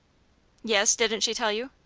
yes didn't she tell you?